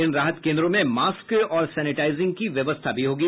इन राहत केन्द्रों में मास्क और सेनेटाइजिंग की व्यवस्था भी होगी